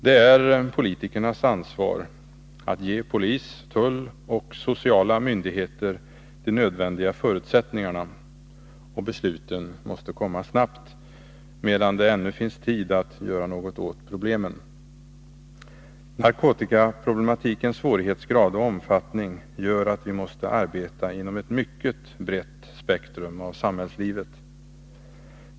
Det är politikernas ansvar att ge polis, tull och sociala myndigheter de nödvändiga förutsättningarna, och besluten måste komma snabbt — medan det ännu finns tid att göra något åt problemen. Narkotikaproblematikens svårighetsgrad och omfattning gör att vi måste arbeta inom ett mycket brett spektrum av samhällslivet.